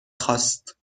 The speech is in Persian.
خواست